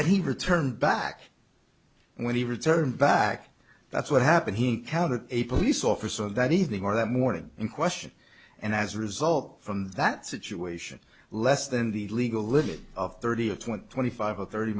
then he returned back when he returned back that's what happened he encountered a police officer that evening or that morning in question and as a result from that situation less than the legal limit of thirty or twenty twenty five or thirty